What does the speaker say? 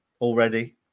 already